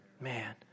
Man